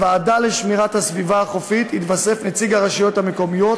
לוועדה לשמירת הסביבה החופית יתווסף נציג הרשויות המקומיות,